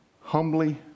humbly